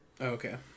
okay